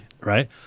right